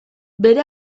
bere